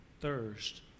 thirst